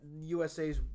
USA's